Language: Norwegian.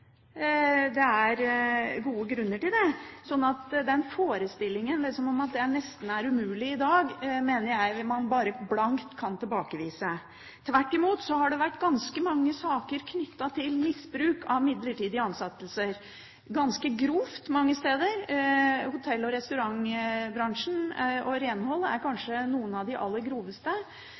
Det er gode grunner til det. Så den forestillingen om at det nesten er umulig i dag, mener jeg man blankt kan tilbakevise. Tvert imot har det vært mange saker knyttet til misbruk av midlertidige ansettelser – ganske grove mange steder. Hotell- og restaurantbransjen og renholdsbransjen står for kanskje noen av de aller groveste.